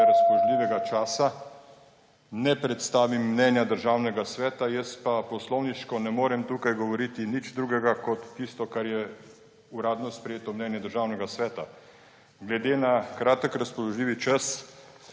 razpoložljivega časa ne predstavim mnenja Državnega sveta, jaz pa poslovniško ne morem tukaj govoriti nič drugega kot tisto, kar je uradno sprejeto mnenje Državnega sveta. Glede na kratek razpoložljivi čas